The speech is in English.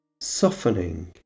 softening